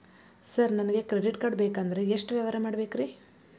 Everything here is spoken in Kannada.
ಸರ್ ನನಗೆ ಕ್ರೆಡಿಟ್ ಕಾರ್ಡ್ ಬೇಕಂದ್ರೆ ಎಷ್ಟು ವ್ಯವಹಾರ ಮಾಡಬೇಕ್ರಿ?